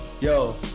Yo